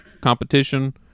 competition